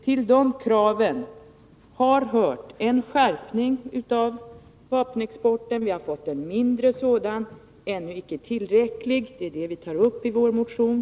Till de kraven hör en skärpning av reglerna för vapenexporten. Vapenexporten har minskat men är ännu inte tillräckligt liten. Det tar vi upp i vår motion.